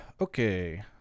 Okay